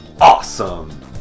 awesome